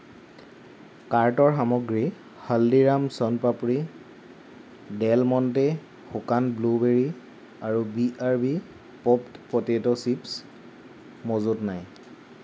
কাৰ্টৰ সামগ্ৰী Haldiram soan papdi Del Monte শুকান ব্লুবেৰি আৰু B R B popped potato chips মজুত নাই